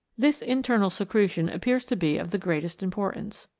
this internal secretion appears to be of the greatest importance.